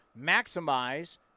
maximize